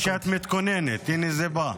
אני מבין שאת מתכוננת, הינה זה בא,